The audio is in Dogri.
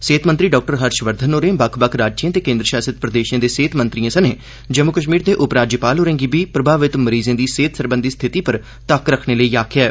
सेहत मंत्री डाक्टर हर्ष वर्घन होरें बक्ख बक्ख राज्ये ते केन्द्र शासित प्रदेशें दे सेहत मंत्रिएं सने जम्मू कश्मीर दे उपराज्यपाल होरे ' गी बी प्रभावित मरीजें दी सेहत सरबंधी स्थिति पर तक्क रक्खने लेई आखेआ ऐ